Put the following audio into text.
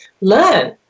learn